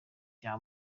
bya